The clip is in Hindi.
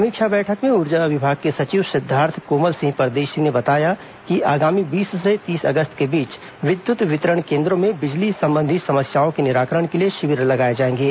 समीक्षा बैठक में ऊर्जा विभाग के सचिव सिद्धार्थ कोमल सिंह परदेशी ने बताया कि आगामी बीस से तीस अगस्त के बीच विद्युत वितरण केंद्रो में बिजली संबंधी समस्याओं के निराकरण के लिए शिविर लगाए जाएंगे